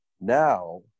now